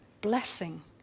blessing